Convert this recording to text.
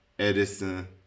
Edison